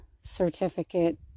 certificate